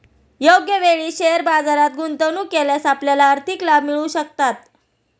योग्य वेळी शेअर बाजारात गुंतवणूक केल्यास आपल्याला आर्थिक लाभ मिळू शकतात